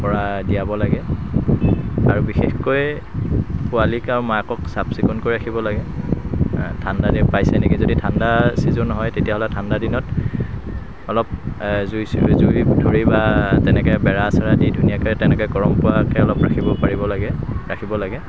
পৰা দিয়াব লাগে আৰু বিশেষকৈ পোৱালিক আৰু মাকক চাফ চিকুণকৈ ৰাখিব লাগে ঠাণ্ডা তেওঁ পাইছে নেকি যদি ঠাণ্ডাৰ ছিজন হয় তেতিয়াহ'লে ঠাণ্ডা দিনত অলপ জুই চুই জুই ধৰি বা তেনেকৈ বেৰা চেৰা দি ধুনীয়াকৈ তেনেকৈ গৰম পোৱাকৈ অলপ ৰাখিব পাৰিব লাগে ৰাখিব লাগে